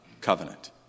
Covenant